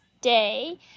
day